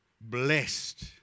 blessed